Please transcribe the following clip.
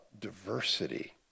diversity